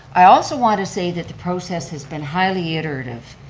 i also want to say that the process has been highly iterative.